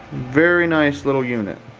very nice little unit.